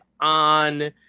on